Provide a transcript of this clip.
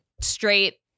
straight